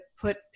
put